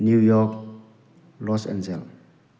New York Los Angeles